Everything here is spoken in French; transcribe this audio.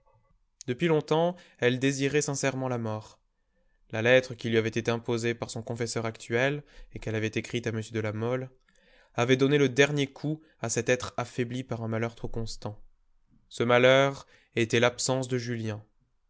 depuis longtemps elle désirait sincèrement la mort la lettre qui lui avait été imposée par son confesseur actuel et qu'elle avait écrite à m de la mole avait donné le dernier coup à cet être affaibli par un malheur trop constant ce malheur était l'absence de julien